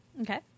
Okay